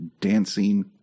dancing